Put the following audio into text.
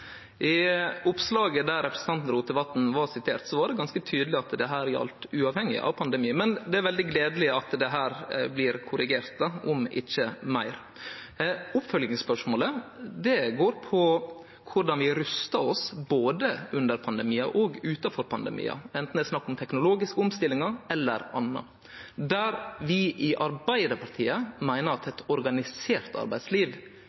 I oppslaget der representanten Rotevatn var sitert, var det ganske tydeleg at det gjaldt uavhengig av pandemi, men det er veldig gledeleg at det her blir korrigert, om ikkje meir. Oppfølgingsspørsmålet går på korleis vi rustar oss både under pandemiar og utanfor pandemiar, anten det er snakk om teknologiske omstillingar eller anna. Vi i Arbeidarpartiet meiner at eit organisert arbeidsliv